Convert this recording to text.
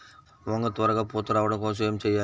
వంగ త్వరగా పూత రావడం కోసం ఏమి చెయ్యాలి?